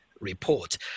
report